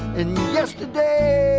and yesterday